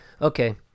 Okay